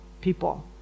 people